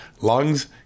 lungs